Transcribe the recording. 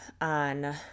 on